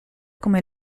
come